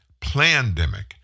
plandemic